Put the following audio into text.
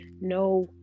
no